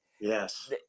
Yes